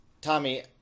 tommy